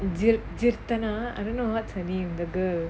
jeerthanaa I don't know what's her name the girl